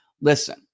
listen